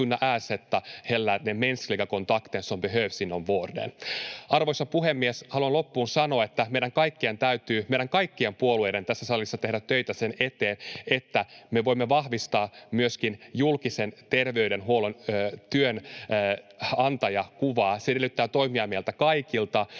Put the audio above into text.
Arvoisa puhemies! Haluan loppuun sanoa, että meidän kaikkien puolueiden täytyy tässä salissa tehdä töitä sen eteen, että me voimme vahvistaa julkisen terveydenhuollon työnantajakuvaa. Se edellyttää toimia meiltä kaikilta.